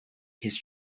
his